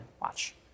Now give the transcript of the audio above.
Watch